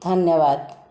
ଧନ୍ୟବାଦ